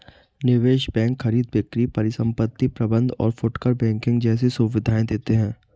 निवेश बैंक खरीद बिक्री परिसंपत्ति प्रबंध और फुटकर बैंकिंग जैसी सुविधायें देते हैं